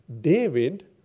David